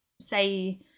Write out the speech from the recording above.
say